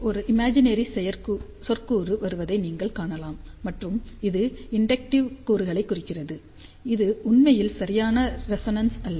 ஒரு இமேஜினரி சொற்கூறு வருவதை நீங்கள் காணலாம் மற்றும் இது இண்டெக்டிவ் கூறுகளை குறிக்கிறது இது உண்மையில் சரியான ரெசொனன்ஸ் அல்ல